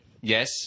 Yes